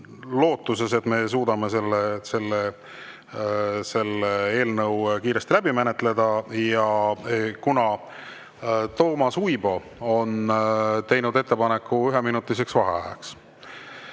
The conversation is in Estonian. lootuses, et me suudame selle eelnõu kiiresti ära menetleda. Ja kuna Toomas Uibo on teinud ettepaneku üheminutiliseks vaheajaks